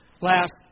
last